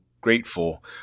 grateful